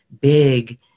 big